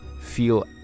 feel